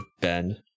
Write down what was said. ben